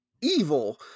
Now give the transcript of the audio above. evil